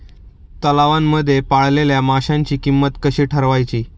तलावांमध्ये पाळलेल्या माशांची किंमत कशी ठरवायची?